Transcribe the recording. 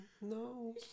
no